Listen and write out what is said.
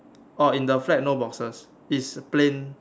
orh in the flat no boxes is plain